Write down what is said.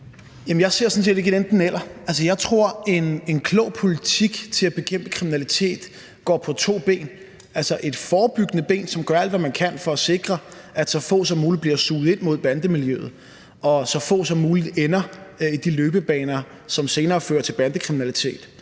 ser det sådan set ikke som et enten-eller. Jeg tror, at en klog politik til at bekæmpe kriminalitet går på to ben, altså et forebyggende ben, som gør alt, hvad man kan, for at sikre, at så få som muligt bliver suget ind mod bandemiljøet, og at så få som muligt ender i de løbebaner, som senere fører til bandekriminalitet.